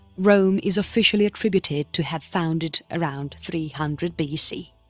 rome is officially attributed to have founded around three hundred bc.